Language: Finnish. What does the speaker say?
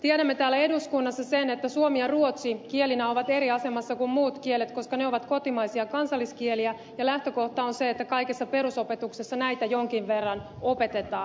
tiedämme täällä eduskunnassa sen että suomi ja ruotsi kielinä ovat eri asemassa kuin muut kielet koska ne ovat kotimaisia kansalliskieliä ja lähtökohta on se että kaikessa perusopetuksessa näitä jonkin verran opetetaan